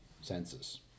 census